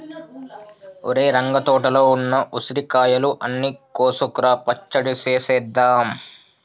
ఒరేయ్ రంగ తోటలో ఉన్న ఉసిరికాయలు అన్ని కోసుకురా పచ్చడి సేసేద్దాం